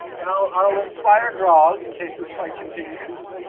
and i'll i'll inspire grog, in case this fight continues,